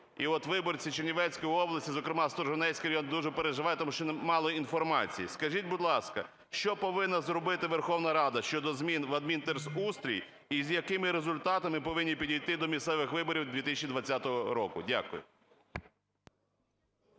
І от виборці Чернівецької області, зокрема Сторожинецький район дуже переживає, тому що мало інформації. Скажіть, будь ласка, що повинна зробити Верховна Рада щодо змін в адмінтерустрій і з якими результатами повинні підійти до місцевих виборів 2020 року? Дякую.